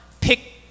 pick